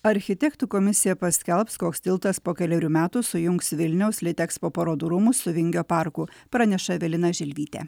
architektų komisija paskelbs koks tiltas po kelerių metų sujungs vilniaus litekspo parodų rūmus su vingio parku praneša evelina žilvytė